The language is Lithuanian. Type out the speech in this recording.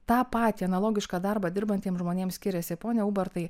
tą patį analogišką darbą dirbantiems žmonėms skiriasi pone ubartai